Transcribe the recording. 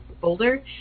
folder